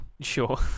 Sure